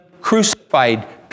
crucified